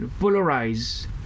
Polarize